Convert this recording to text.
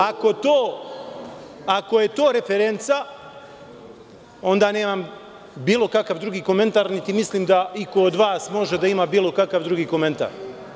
Ako je to referenca, onda nemam bilo kakav drugi komentar, niti mislim da iko od vas može da ima bilo kakav drugi komentar.